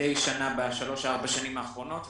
מדי שנה בשלוש-ארבע השנים האחרונות.